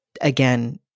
again